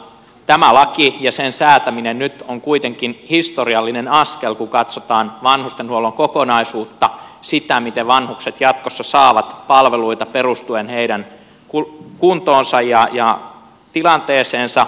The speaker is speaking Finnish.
tämä laki ja sen säätäminen nyt on kuitenkin historiallinen askel kun katsotaan vanhustenhuollon kokonaisuutta sitä miten vanhukset jatkossa saavat palveluita perustuen heidän kuntoonsa ja tilanteeseensa